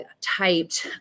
typed